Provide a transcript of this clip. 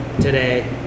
today